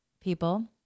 people